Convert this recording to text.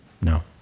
No